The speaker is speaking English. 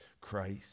Christ